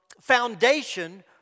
foundation